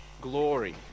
glory